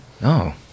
No